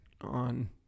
on